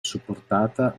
supportata